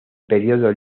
período